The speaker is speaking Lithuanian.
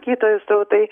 kytojų srautai